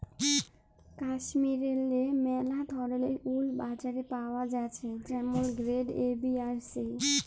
কাশ্মীরেল্লে ম্যালা ধরলের উল বাজারে পাওয়া জ্যাছে যেমল গেরেড এ, বি আর সি